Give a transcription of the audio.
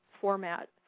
format